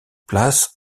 place